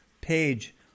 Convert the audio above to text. page